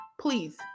please